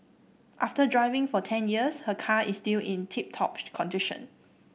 after driving for ten years her car is still in tip top condition